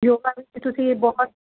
ਯੋਗਾ ਵਿੱਚ ਤੁਸੀਂ ਬਹੁਤ